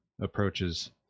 approaches